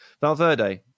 Valverde